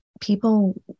people